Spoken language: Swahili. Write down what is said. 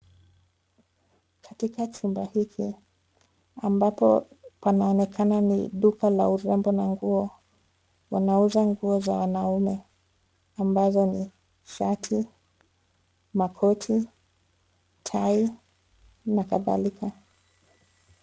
Katika chumba hiki ambapo panaonekana ni duka la urembo na nguo Wanauza nguo za wanaume ambazo ni shati, makoti, tai na kadhalika.